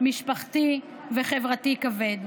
משפחתי וחברתי כבד.